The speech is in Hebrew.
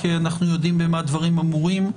כי אנחנו יודעים במה דברים אמורים,